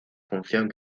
función